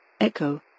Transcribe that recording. Echo